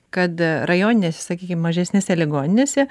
kad rajoninės sakykim mažesnėse ligoninėse